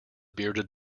bearded